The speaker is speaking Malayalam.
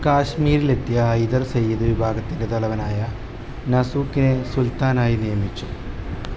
കാശ്മീരിലെത്തിയ ഹൈദർ സെയ്ദ് വിഭാഗത്തിന്റെ തലവനായ നാസുക്കിനെ സുൽത്താനായി നിയമിച്ചു